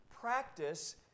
practice